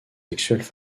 sexuelles